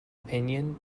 opinion